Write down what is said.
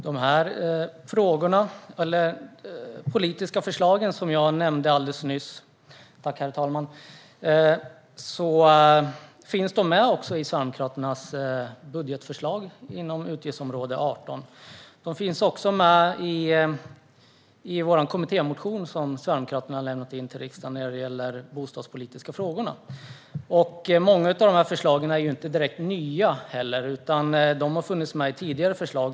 Herr talman! De politiska förslag som jag nämnde alldeles nyss finns med i Sverigedemokraternas budgetförslag inom utgiftsområde 18. De finns också med i den kommittémotion som Sverigedemokraterna har väckt i riksdagen i de bostadspolitiska frågorna. Många av förslagen är inte heller direkt nya, utan de har funnits med i tidigare förslag.